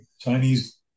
Chinese